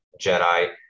jedi